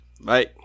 Bye